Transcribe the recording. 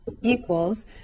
equals